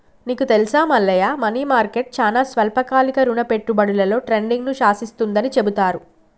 నీకు తెలుసా Mallayya money market చానా స్వల్పకాలిక రుణ పెట్టుబడులలో ట్రేడింగ్ను శాసిస్తుందని చెబుతారు